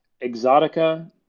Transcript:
exotica